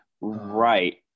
Right